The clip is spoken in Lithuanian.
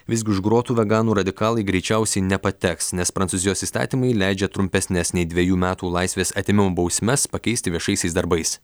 visgi už grotų veganų radikalai greičiausiai nepateks nes prancūzijos įstatymai leidžia trumpesnes nei dvejų metų laisvės atėmimo bausmes pakeisti viešaisiais darbais